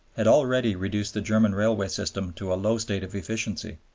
had already reduced the german railway system to a low state of efficiency.